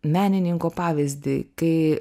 menininko pavyzdį kai